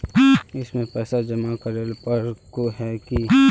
इसमें पैसा जमा करेला पर है की?